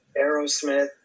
Aerosmith